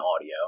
audio